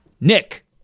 Nick